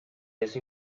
eso